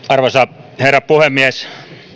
arvoisa herra puhemies